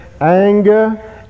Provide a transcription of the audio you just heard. anger